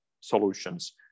solutions